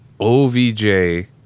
OVJ